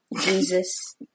Jesus